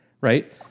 right